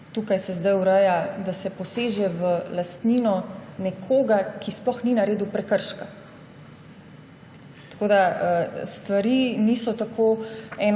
Tukaj se zdaj ureja, da se poseže v lastnino nekoga, ki sploh ni naredil prekrška. Stvari niso tako